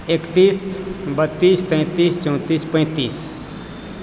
एकतीस बत्तीस तैंतीस चौंतीस पैंतीस